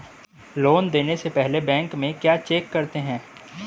Loan देने से पहले बैंक में क्या चेक करते हैं?